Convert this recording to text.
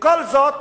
וכל זאת